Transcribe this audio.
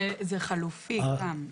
וזה חלופי גם.